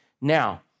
Now